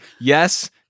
Yes